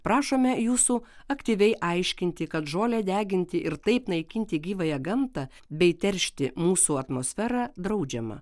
prašome jūsų aktyviai aiškinti kad žolę deginti ir taip naikinti gyvąją gamtą bei teršti mūsų atmosferą draudžiama